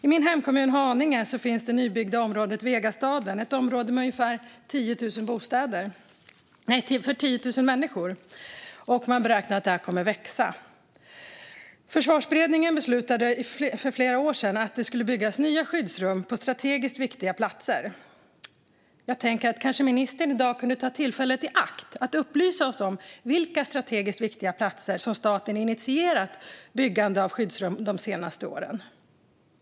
I min hemkommun Haninge finns det nybyggda området Vegastaden, ett område för ungefär 10 000 människor, och man beräknar att det kommer att växa. Försvarsberedningen beslutade för flera år sedan att det skulle byggas nya skyddsrum på strategiskt viktiga platser. Ministern kanske kan ta tillfället i akt i dag och upplysa oss om på vilka strategiskt viktiga platser staten har initierat byggande av skyddsrum de senaste åren.